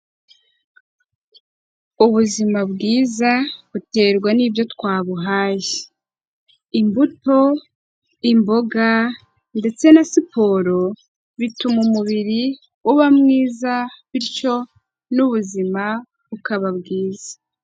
Ubuzima bwiza buterwa n'ibyo twabuhaye, imbuto, imboga ndetse na siporo, bituma umubiri uba mwiza bityo n'ubuzima bukaba bwiza.